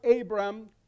Abram